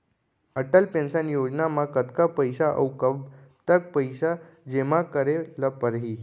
Atal pension Yojana म कतका पइसा, अऊ कब तक पइसा जेमा करे ल परही?